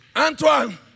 Antoine